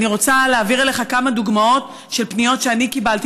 אני רוצה להעביר אליך כמה דוגמאות של פניות שאני קיבלתי